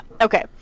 Okay